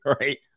Right